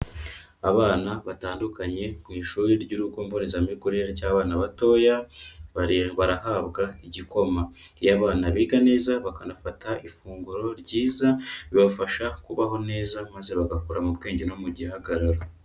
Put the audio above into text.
Abana batandukanye mu ishuri ry'urugo mbonezamikurire ry' abana batoya barahabwa igikoma. Iyo abana biga neza bakanafata ifunguro ryiza bibafasha kubaho neza maze bagakura mu bwenge no mu gihagararo.